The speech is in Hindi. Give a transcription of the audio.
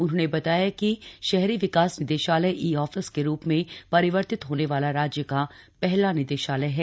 उन्होंने बताया कि शहरी विकास निदेशालय ई ऑफिस के रूप में परिवर्तित होने वाला राज्य का पहला निदेशालय है